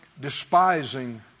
despising